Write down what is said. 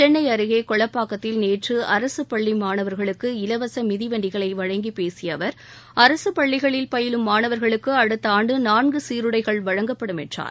சென்னை அருகே கொளப்பாக்கத்தில் நேற்று அரசு பள்ளி மாணவர்களுக்கு இலவச மிதிவண்டிகளை வழங்கிப் பேசிய அவர் அரசு பள்ளிகளில் பயிலும் மாணவர்களுக்கு அடுத்த ஆண்டு நான்கு சீருடைகள் வழங்கப்படும் என்றார்